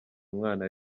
umwana